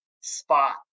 spot